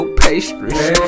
pastries